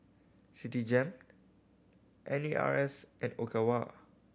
Citigem N A R S and Ogawa